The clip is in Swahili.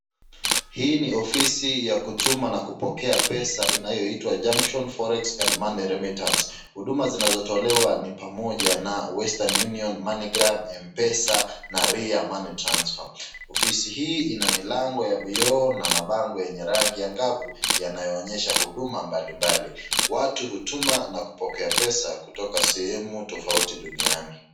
Hii ni ofisi ya kutuma na kupokea pesa inayoitwa Juction Forex and Money remittance .Huduma zinazotolewa ni pamoja na Western Union Moneygram, mpesa na raymoney transfer .Ofisi hii ina milango ya vioo na mabango yenye rangi angavu yanayoonyesha huduma mbalimbali. Watu hutuma na kupokea pesa kutoka sehemu tofauti duniani.